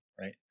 right